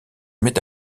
met